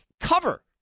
cover